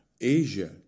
Asia